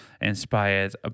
inspired